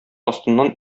астыннан